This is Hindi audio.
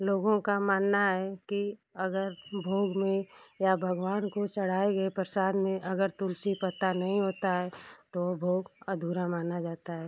लोगों का मानना है कि अगर भोग में या भगवान को चढ़ाए गए प्रसाद में अगर तुलसी पत्ता नहीं होता है तो वो भोग अधूरा माना जाता है